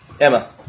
Emma